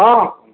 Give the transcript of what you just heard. ହଁ